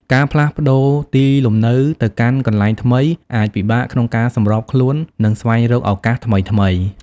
ការផ្លាស់ប្តូរទីលំនៅទៅកាន់កន្លែងថ្មីអាចពិបាកក្នុងការសម្របខ្លួន និងស្វែងរកឱកាសថ្មីៗ។